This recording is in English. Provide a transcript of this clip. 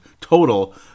total